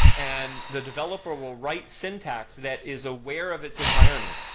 and the developer will write syntax that is aware of its environment.